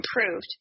improved